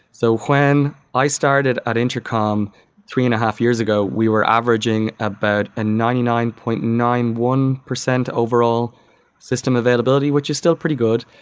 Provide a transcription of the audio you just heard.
so when i started at intercom three and a half years ago, we were averaging about a nine nine point nine one zero overall system availability, which is still pretty good.